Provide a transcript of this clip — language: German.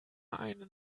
eine